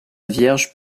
vierge